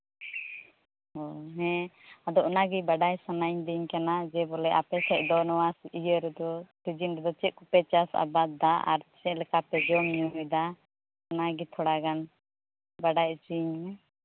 ᱚ ᱦᱮᱸ ᱟᱫᱚ ᱚᱱᱟᱜᱮ ᱵᱟᱰᱟᱭ ᱥᱟᱱᱟᱭᱫᱤᱧ ᱠᱟᱱᱟᱡᱮ ᱵᱚᱞᱮ ᱟᱯᱮ ᱥᱮᱫ ᱫᱚ ᱱᱚᱣᱟ ᱤᱭᱟᱹ ᱨᱮᱫᱚ ᱥᱤᱡᱤᱱ ᱨᱮᱫᱚ ᱪᱮᱫ ᱠᱚᱯᱮ ᱪᱟᱥ ᱟᱵᱟᱫᱽ ᱫᱟ ᱟᱨ ᱪᱮᱫ ᱞᱮᱠᱟᱯᱮ ᱡᱚᱢ ᱧᱩᱭᱫᱟ ᱚᱱᱟᱜᱮ ᱛᱷᱚᱲᱟ ᱜᱟᱱ ᱵᱟᱰᱟᱭ ᱦᱚᱪᱚᱧ ᱢᱮ